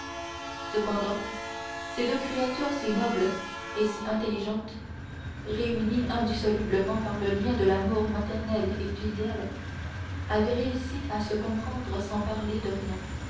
cependant ces deux créatures si nobles et si intelligentes réunies indissolublement par le lien de l'amour maternel et filial avaient réussi à se comprendre sans parler de rien